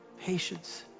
patience